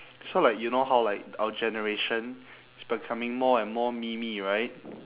so like you know how like our generation is becoming more and more memey right